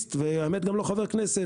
הייטקיסט ולא חבר כנסת,